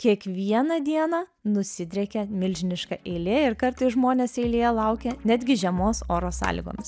kiekvieną dieną nusidriekia milžiniška eilė ir kartais žmonės eilėje laukia netgi žiemos oro sąlygomis